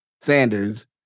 Sanders